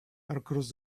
across